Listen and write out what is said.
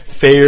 fair